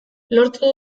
lortu